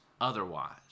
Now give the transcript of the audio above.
otherwise